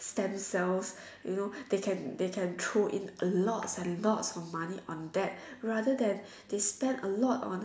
stem cells you know they can they can throw in a lot a lot of money on that rather than they spend a lot on